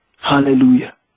Hallelujah